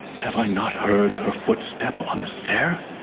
have i not heard her footstep on the stair.